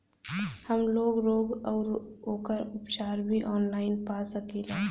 हमलोग रोग अउर ओकर उपचार भी ऑनलाइन पा सकीला?